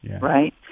right